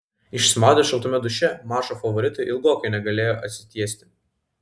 išsimaudę šaltame duše mačo favoritai ilgokai negalėjo atsitiesti